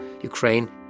Ukraine